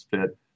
fit